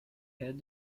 head